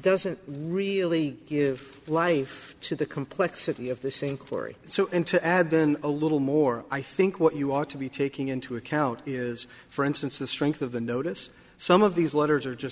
doesn't really give life to the complexity of the same quarry so and to add then a little more i think what you ought to be taking into account is for instance the strength of the notice some of these letters are just